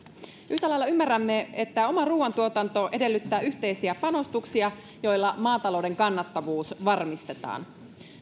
yhtä lailla ymmärrämme että oma ruoantuotanto edellyttää yhteisiä panostuksia joilla maatalouden kannattavuus varmistetaan